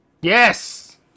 Yes